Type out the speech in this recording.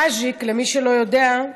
קאז'יק, למי שלא יודע,